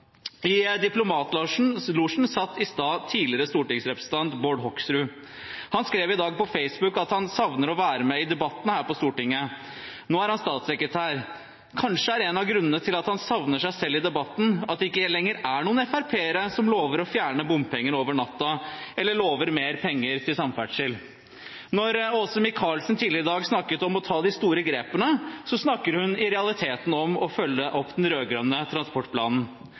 I diplomatlosjen satt i stad tidligere stortingsrepresentant Bård Hoksrud. Han skrev i dag på Facebook at han savner å være med i debatten her på Stortinget. Nå er han statssekretær. Kanskje er en av grunnene til at han savner seg selv i debatten, at det ikke lenger er noen FrP-ere som lover å fjerne bompenger over natta eller lover mer penger til samferdsel. Da Åse Michaelsen tidligere i dag snakket om å ta de store grepene, snakket hun i realiteten om å følge opp den rød-grønne transportplanen.